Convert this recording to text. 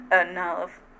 enough